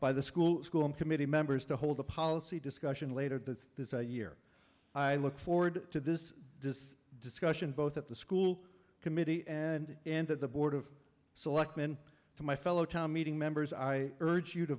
by the school school committee members to hold a policy discussion later to this year i look forward to this does discussion both at the school committee and in to the board of selectmen to my fellow town meeting members i urge you to